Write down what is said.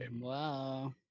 Wow